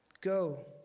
Go